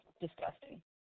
disgusting